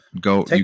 go